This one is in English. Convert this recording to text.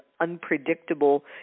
unpredictable